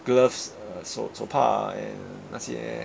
gloves uh 手手套 ah and 那些